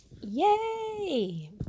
yay